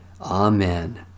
Amen